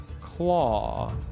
claw